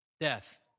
Death